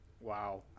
Wow